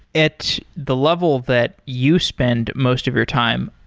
at the level that you spend most of your time,